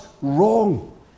wrong